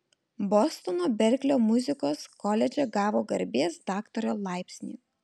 bostono berklio muzikos koledže gavo garbės daktaro laipsnį